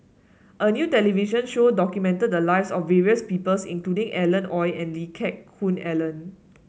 a new television show documented the lives of various people including Alan Oei and Lee Geck Hoon Ellen